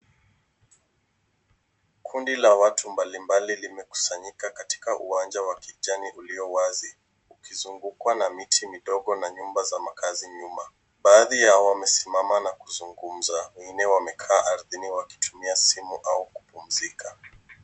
Kundi la watu mbalimbali limekusanyika katika uwanja wa kijani ulio wazi ukizungukwa na miti midogo na nyumba za makaazi nyuma. Baadhi yao wamesimama na kuzungumza wengine wamekaa ardhini wakitumia simu au kupumzika.